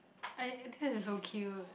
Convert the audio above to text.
I I think this is so cute